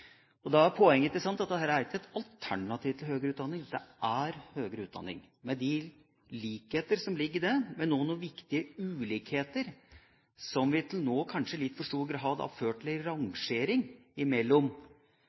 og over 1 300 godkjente fagskoletilbud, kunne statsråden fortelle oss i forrige debatt. Poenget er at dette ikke er et alternativ til høgre utdanning – det er høgre utdanning, med de likheter som ligger i det. Men det er også noen viktige ulikheter, som til nå i kanskje litt for stor grad har ført til